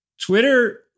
Twitter